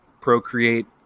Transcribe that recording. procreate